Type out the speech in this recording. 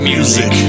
Music